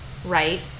right